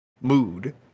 Mood